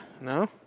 No